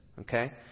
okay